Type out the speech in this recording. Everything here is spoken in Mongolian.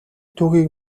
түүхийг